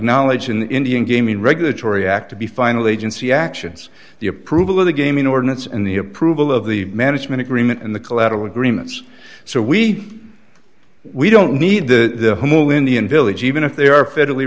knowledge in the indian gaming regulatory act to be final agency actions the approval of the gaming ordinance and the approval of the management agreement and the collateral agreements so we we don't need the indian village even if they are federally